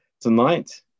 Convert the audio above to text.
tonight